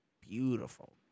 beautiful